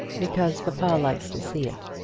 because papa likes to see it.